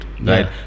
right